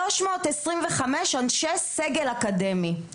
325 אנשי סגל אקדמי,